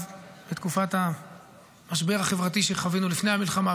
בתקופת המשבר החברתי שחווינו לפני המלחמה,